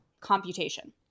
computation